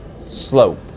slope